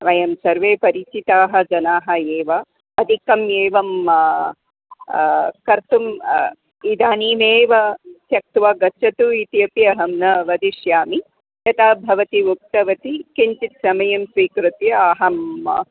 वयं सर्वे परिचिताः जनाः एव अधिकम् एवं कर्तुम् इदानीमेव त्यक्त्वा गच्छतु इत्यपि अहं न वदिष्यामि यथा भवती उक्तवती किञ्चित् समयं स्वीकृत्य अहं